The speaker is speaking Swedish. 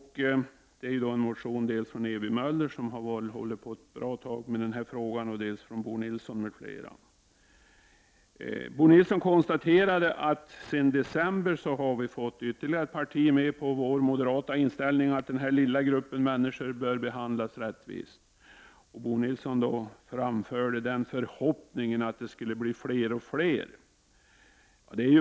Det är dels fråga om en motion av Ewy Möller, som har hållit på ett bra tag med den här frågan, dels en motion av Bo Nilsson m.fl. Bo Nilsson konstaterade att vi sedan december har fått ytterligare ett parti med på vår moderata inställning, nämligen att den här lilla gruppen människor bör behandlas rättvist. Bo Nilsson framförde den förhoppningen att allt fler skulle följa efter.